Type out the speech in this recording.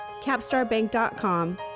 capstarbank.com